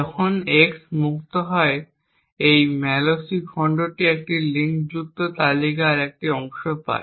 যখন x মুক্ত হয় এই malloc খণ্ডটি একটি লিঙ্কযুক্ত তালিকার একটি অংশ পায়